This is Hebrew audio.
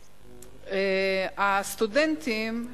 הסטודנטים,